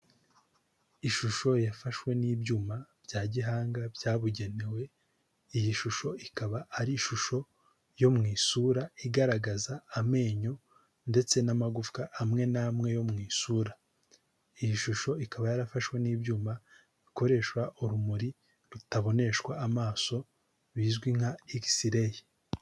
Ishusho yafashwe n'ibyuma bya gihanga byabugenewe, iyi shusho ikaba ari ishusho yo mu isura igaragaza amenyo ndetse n'amagufwa amwe n'amwe yo mu isura. Iyi shusho ikaba yarafashwe n'ibyuma bikoresha urumuri rutaboneshwa n'amaso bizwi nka ekisireyi.